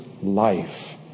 life